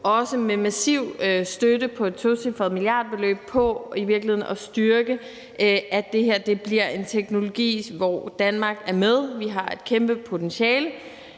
også med massiv støtte på et tocifret milliardbeløb, i virkeligheden at styrke, at det her bliver en teknologi, hvor Danmark er med. Vi har et kæmpe potentiale